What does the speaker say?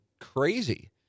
crazy